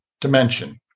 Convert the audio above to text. dimension